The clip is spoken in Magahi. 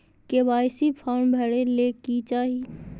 के.वाई.सी फॉर्म भरे ले कि चाही?